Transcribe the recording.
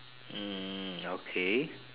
hmm okay